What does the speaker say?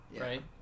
right